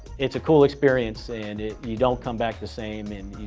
it's a cool experience and you don't come back the same.